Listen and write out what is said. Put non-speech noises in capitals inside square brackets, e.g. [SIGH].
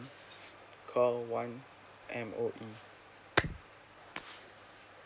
call one M_O_E [NOISE]